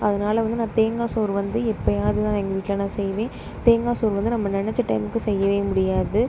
அதனால் வந்து நான் தேங்காசோறு வந்து நான் எப்போயாவது தான் எங்கள் வீட்டில் செய்வேன் தேங்காய் சோறு வந்து நம்ம நினச்ச டைம்முக்கு செய்யவே முடியாது